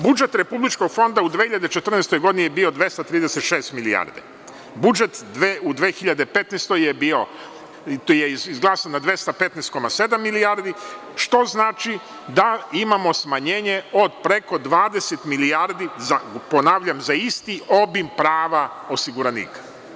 Budžet republičkog fonda u 2014. godini je bio 236 milijarde, budžet u 2015. godini je izglasan na 215,7 milijardi, što znači da imamo smanjenje od preko 20 milijardi za isti obim prava osiguranika.